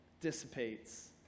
dissipates